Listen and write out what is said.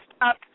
up